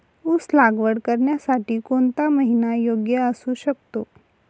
ऊस लागवड करण्यासाठी कोणता महिना योग्य असू शकतो?